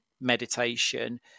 meditation